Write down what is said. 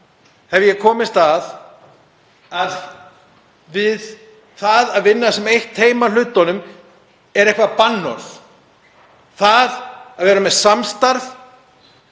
hef ég komist að því að það að vinna sem eitt teymi að hlutunum er eitthvert bannorð. Það að vera með samstarf